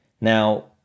Now